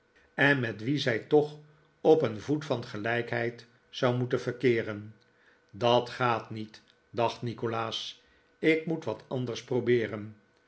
en met wie zij toch op een voet van gelijkheid zou moeten verkeeren dat gaat niet dacht nikolaas ik moet wat anders probeeren